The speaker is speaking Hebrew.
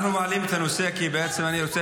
אנחנו מעלים את הנושא כי בעצם אני רוצה